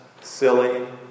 silly